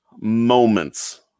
moments